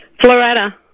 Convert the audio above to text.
Florida